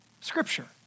Scripture